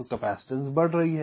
तो कैपेसिटेंस बढ़ रही है